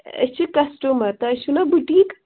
أسۍ چھِ کَسٹٕمَر تۄہہِ چھُو نا بُٹیٖک